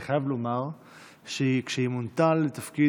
אני חייב לומר שכשהיא מונתה לתפקיד